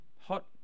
Hot